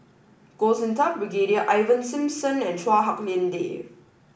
Goh Sin Tub Brigadier Ivan Simson and Chua Hak Lien Dave